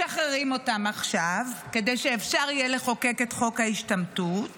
משחררים אותם עכשיו כדי שאפשר יהיה לחוקק את חוק ההשתמטות,